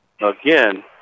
Again